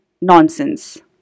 nonsense